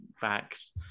backs